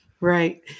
Right